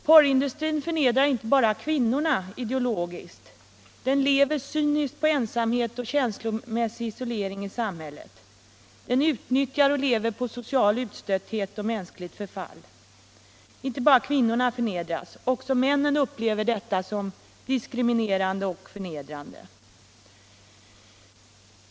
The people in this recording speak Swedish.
Porrindustrin förnedrar inte bara kvinnor ideologiskt — den lever cyniskt på ensamhet och känslomässig isolering, den utnyttjar och lever på social utstötthet och mänskligt förfall. Inte bara kvinnorna förnedras - också männen upplever detta som diskriminerande och förnedrande.